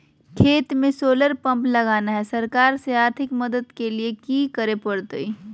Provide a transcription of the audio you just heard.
खेत में solar pump लगाना है, सरकार से आर्थिक मदद के लिए की करे परतय?